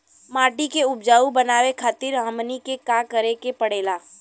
माटी के उपजाऊ बनावे खातिर हमनी के का करें के पढ़ेला?